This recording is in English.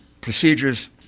procedures